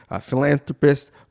philanthropist